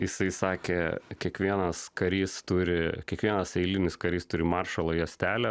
jisai sakė kiekvienas karys turi kiekvienas eilinis karys turi maršalo juostelę